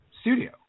studio